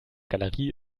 galerie